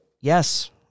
Yes